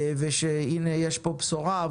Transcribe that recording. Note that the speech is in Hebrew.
והנה יש פה בשורה.